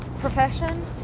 profession